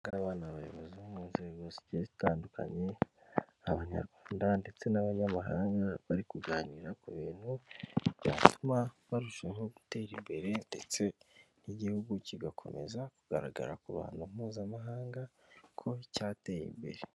Abangaba ni abayobozi bo mu nzego zigiye zitandukanye, abanyarwanda ndetse n'abanyamahanga bari kuganira ku bintu byatuma barushaho gutera imbere, ndetse n'igihugu kigakomeza kugaragara ku ruhando mpuzamahanga ko cyateye imbere.